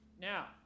Now